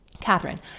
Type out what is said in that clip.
Catherine